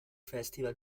festival